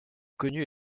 connu